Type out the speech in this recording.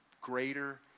greater